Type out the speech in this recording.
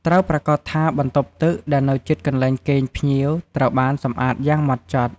ត្រូវប្រាកដថាបន្ទប់ទឹកដែលនៅជិតកន្លែងគេងភ្ញៀវ ត្រូវបានសម្អាតយ៉ាងហ្មត់ចត់។